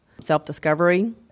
Self-discovery